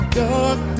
dark